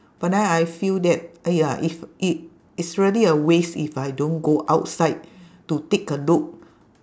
but then I feel that !aiya! if it it's really a waste if I don't go outside to take a look